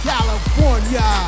California